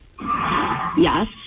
Yes